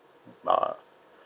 uh